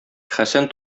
хәсән